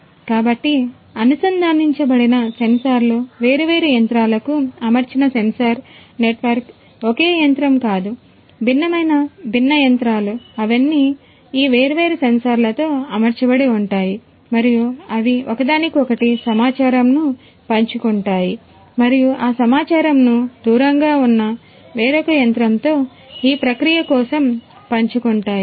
కాబట్టి అనుసంధానించబడిన సెన్సార్లు వేర్వేరు యంత్రాలకు అమర్చిన సెన్సార్ నెట్వర్క్ ఒకే యంత్రం కాదు భిన్నమైన విభిన్న యంత్రాలు అవన్నీ ఈ వేర్వేరు సెన్సార్లతో అమర్చబడి ఉంటాయి మరియు అవి ఒకదానికొకటి సమాచారమును పంచుకుంటాయి మరియు ఆ సమాచారమును దూరంగా ఉన్నా వేరొక యంత్రంతో ఈ ప్రక్రియ కోసం పంచుకుంటాయి